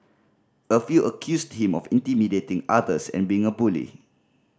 a few accused him of intimidating others and being a bully